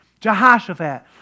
Jehoshaphat